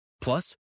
Plus